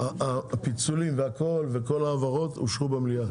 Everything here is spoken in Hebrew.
הפיצולים וכל ההעברות אושרו במליאה.